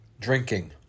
Drinking